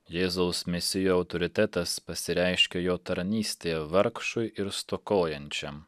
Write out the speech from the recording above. jėzaus mesijo autoritetas pasireiškia jo tarnystėje vargšui ir stokojančiam